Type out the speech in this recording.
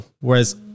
Whereas